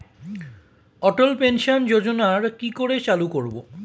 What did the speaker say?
অটল pension যোজনার কি করে চালু করব?